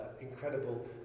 incredible